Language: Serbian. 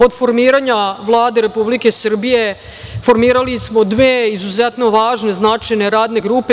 Od formiranja Vlade Republike Srbije formirali smo dve izuzetno važne, značajne radne grupe.